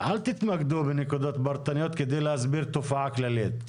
תתמקדו בנקודות פרטניות כדי להסביר תופעה כללית.